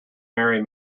marry